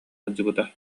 сылдьыбыта